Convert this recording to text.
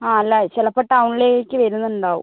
ആ അല്ല ചിലപ്പോൾ ടൗണിലേക്ക് വരുന്നുണ്ടാവും